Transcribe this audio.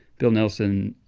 bill nelson,